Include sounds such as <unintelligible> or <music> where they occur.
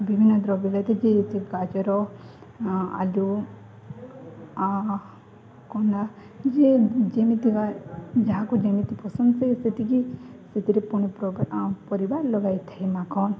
ବିଭିନ୍ନ ଦ୍ରବ୍ୟ <unintelligible> ଗାଜର ଆଳୁ <unintelligible> ଯିଏ ଯେମିତି ଯାହାକୁ ଯେମିତି ପସନ୍ଦ ସେ ସେତିକି ସେଥିରେ ପୁଣି ପରିବାର ଲଗାଇଥାଏ <unintelligible>